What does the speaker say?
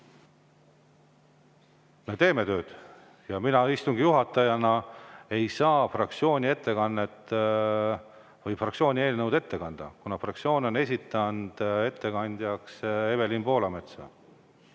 Me teeme tööd. Mina istungi juhatajana ei saa fraktsiooni eelnõu ette kanda, kuna fraktsioon on esitanud ettekandjaks Evelin Poolametsa.